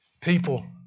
People